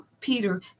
Peter